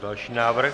Další návrh.